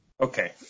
Okay